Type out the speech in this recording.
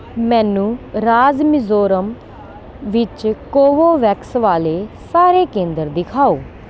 ਮੈਨੂੰ ਰਾਜ਼ ਮਿਜ਼ੋਰਮ ਵਿੱਚ ਕੋਵੋਵੈਕਸ ਵਾਲੇ ਸਾਰੇ ਕੇਂਦਰ ਦਿਖਾਓ